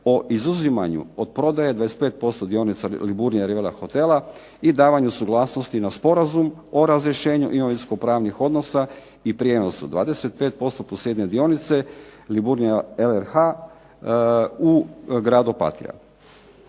o izuzimanju od prodaje 25% dionica Liburnia Riviera hotela i davanju suglasnosti na Sporazum o razrješenju imovinsko-pravnih odnosa i prijenosu 25% plus jedne dionice Liburnia .../Govornik